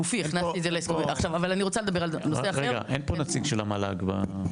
אין פה נציג של המל"ג.